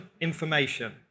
information